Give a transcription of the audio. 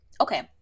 Okay